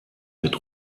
mit